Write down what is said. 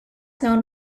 known